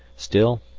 still,